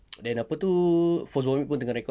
then apa tu force vomit pun tengah record